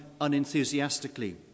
unenthusiastically